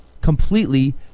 completely